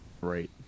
Right